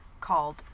called